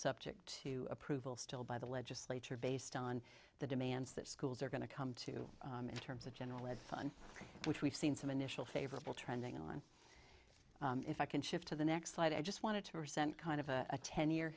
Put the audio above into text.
subject to approval still by the legislature based on the demands that schools are going to come to in terms of general ed on which we've seen some initial favorable trending online if i can shift to the next slide i just want to present kind of a ten year